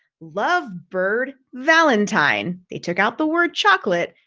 love bird valentine. they took out the word chocolate,